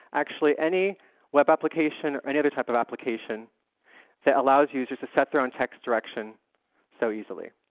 actually, any web application or any other type of application that allows users to set their own text direction so easily.